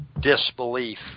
disbelief